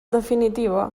definitiva